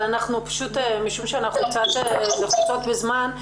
אבל פשוט משום שאנחנו קצת לחוצות בזמן,